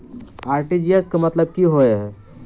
RTGS केँ मतलब की होइ हय?